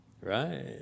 Right